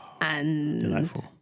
Delightful